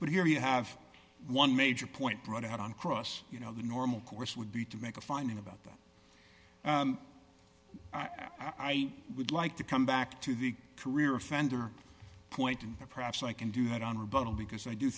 but here you have one major point brought out on cross you know the normal course would be to make a finding about that i'm would like to come back to the career offender point perhaps i can do that